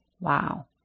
Wow